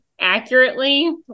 accurately